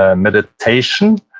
ah meditation,